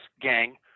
gang